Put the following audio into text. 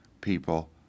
people